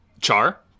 Char